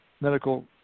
medical